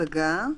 השגה.